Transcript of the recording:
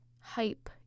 hype